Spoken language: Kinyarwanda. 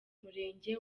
murenge